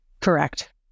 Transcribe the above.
Correct